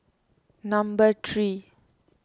number three